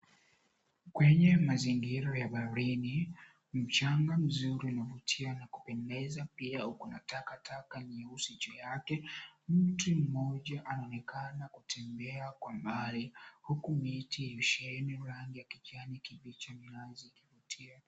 Kwenye mazingira ya baharini, mchanga mzuri unaovutia na kupendeza, pia uko na takataka nyeusi juu yake. Mtu mmoja anaonekana kutembea kwa mbali huku miti ikisheheni rangi ya kijani kibichi inazo vutia.